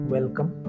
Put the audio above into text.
Welcome